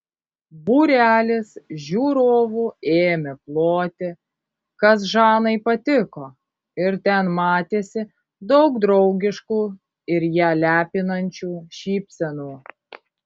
būrelis žiūrovų ėmė ploti kas žanai patiko ir ten matėsi daug draugiškų ir ją lepinančių šypsenų